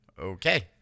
okay